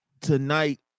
tonight